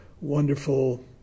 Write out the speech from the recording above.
wonderful